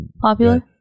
popular